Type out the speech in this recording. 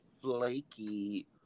flaky